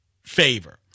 favor